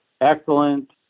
excellent